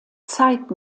zeit